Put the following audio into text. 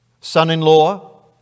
son-in-law